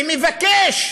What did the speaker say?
שמבקש